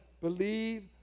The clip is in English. believe